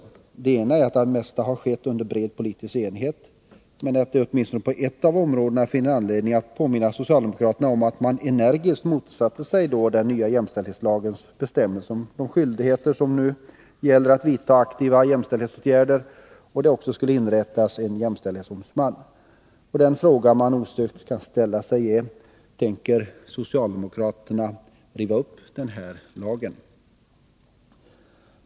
Den ena är att det mesta har skett under bred politisk enighet. Men åtminstone på ett av områdena finns det anledning att påminna socialdemokraterna om att man energiskt motsatte sig skyldigheterna enligt den nya jämställdhetslagen att vidta aktiva jämställdhetsåtgärder, och att det också skulle tillsättas en jämställdhetsombudsman. Den fråga man osökt kan ställa sig är: Tänker socialdemokraterna riva upp beslutet om den här lagen?